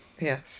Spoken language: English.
Yes